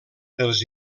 els